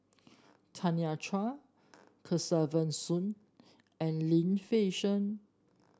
Tanya Chua Kesavan Soon and Lim Fei Shen